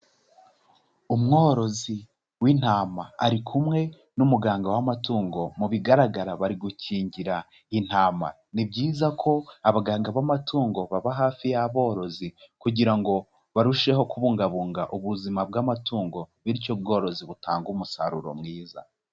Umworozi w'intama ari kumwe n'umuganga w'amatungo, mu bigaragara bari gukingira intama. Ni byiza ko abaganga b'amatungo baba hafi y'aborozi kugira ngo barusheho kubungabunga ubuzima bw'amatungo. Bityo ubworozi butange umusaruro mwiza.